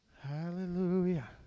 Hallelujah